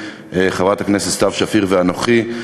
חברת הכנסת סתיו שפיר ואנוכי,